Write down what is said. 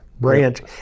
branch